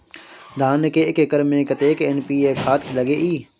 धान के एक एकर में कतेक एन.पी.ए खाद लगे इ?